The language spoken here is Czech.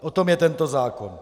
O tom je tento zákon.